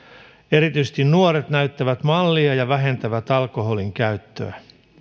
erityisesti nuoret näyttävät mallia ja vähentävät alkoholinkäyttöä